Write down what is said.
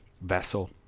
vessel